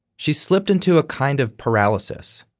she slipped into a kind of paralysis.